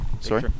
sorry